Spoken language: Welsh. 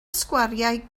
sgwariau